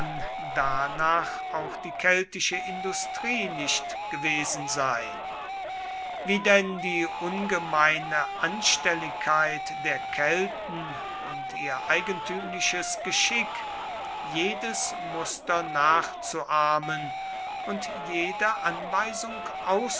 danach auch die keltische industrie nicht gewesen sein wie denn die ungemeine anstelligkeit der kelten und ihr eigentümliches geschick jedes muster nachzuahmen und jede anweisung